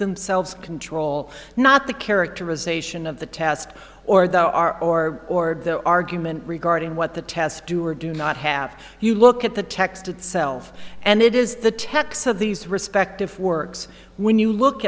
themselves control not the characterization of the test or the r or or the argument regarding what the tests do or do not have you look at the text itself and it is the text of these respective works when you look